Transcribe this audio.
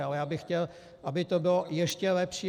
Ale já bych chtěl, aby to bylo ještě lepší.